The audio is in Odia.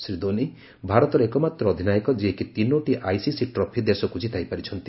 ଶ୍ରୀ ଧୋନି ଭାରତର ଏକମାତ୍ର ଅଧିନାୟକ ଯିଏକି ତିନୋଟି ଆଇସିସି ଟ୍ରଫି ଦେଶକୁ ଜିତାଇ ପାରିଛନ୍ତି